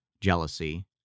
jealousy